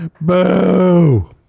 boo